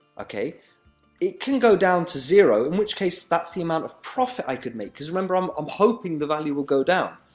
okay it can go down to zero, in which case that's the amount of profit i could make, because remember, um i'm hoping the value will go down.